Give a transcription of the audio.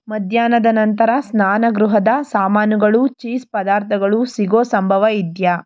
ಮಧ್ಯಾಹ್ನದ ನಂತರ ಸ್ನಾನ ಗೃಹದ ಸಾಮಾನುಗಳು ಚೀಸ್ ಪದಾರ್ಥಗಳು ಸಿಗುವ ಸಂಭವ ಇದೆಯೇ